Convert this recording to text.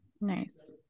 nice